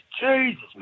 Jesus